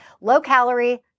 low-calorie